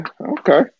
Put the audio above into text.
okay